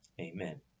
Amen